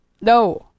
No